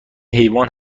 حیوان